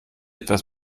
etwas